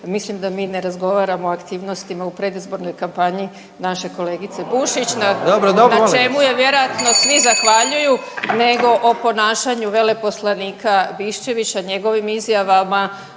Mislim da mi ne razgovaramo o aktivnostima u predizbornoj kampanji naše kolegice Bušić na čemu joj vjerojatno svi zahvaljuju, nego o ponašanju veleposlanika Biščevića, njegovim izjavama